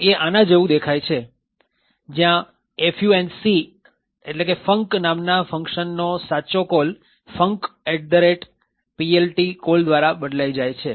આમ એ આના જેવું દેખાય છે જ્યાં func નામના ફંકશન નો સાચો કોલ funcPLT કોલ દ્વારા બદલાઈ જાય છે